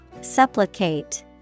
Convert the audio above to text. supplicate